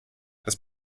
das